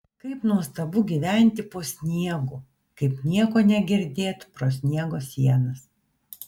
kaip nuostabu gyventi po sniegu kaip nieko negirdėt pro sniego sienas